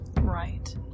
Right